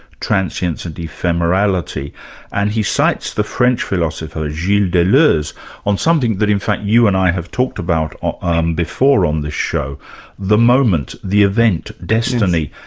transience and ephemerality and he cites the french philosopher gilles deleuze on something that in fact you and i have talked about ah um before on this show the moment, the event, destiny,